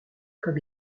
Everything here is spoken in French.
comme